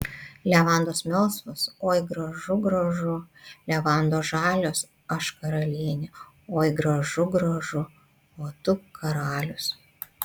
levandos melsvos oi gražu gražu levandos žalios aš karalienė oi gražu gražu o tu karalius